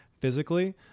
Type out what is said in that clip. physically